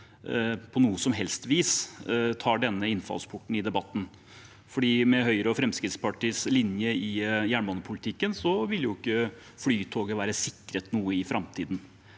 på noe som helst vis – bruker denne innfallsporten i debatten. Med Høyre og Fremskrittspartiets linje i jernbanepolitikken ville jo ikke Flytoget være sikret noe i framtiden